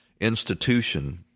institution